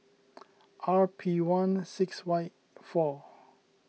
R P one six Y four